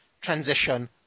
transition